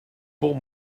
pour